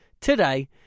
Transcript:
today